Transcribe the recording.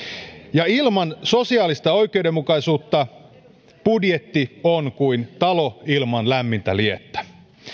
ja ilman sosiaalista oikeudenmukaisuutta budjetti on kuin talo ilman lämmintä liettä